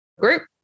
group